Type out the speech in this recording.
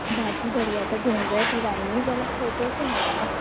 भाजी धर्या आतां घेवंक जाय तीं वायंजी जाल्यार खंय सर शें मेळटलें